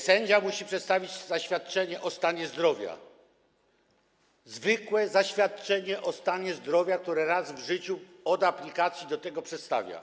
Sędzia musi przedstawić zaświadczenie o stanie zdrowia, zwykłe zaświadczenie o stanie zdrowia, które raz w życiu od aplikacji do tego przedstawia.